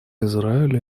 израилю